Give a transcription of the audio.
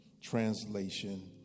Translation